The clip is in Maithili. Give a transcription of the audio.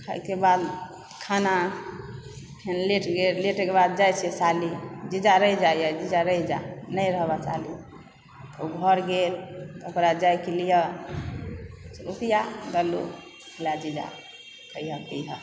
खाइके बाद खाना फेन लेट गेल लेटयके बाद जाइ छि साली जीजा रहि जा जीजा रहि जा नहि रहबा साली ओ घर गेल ओकरा जाइके लिए लए जीजा खैहऽ पिहऽ